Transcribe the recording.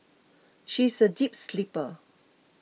she is a deep sleeper